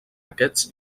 aquests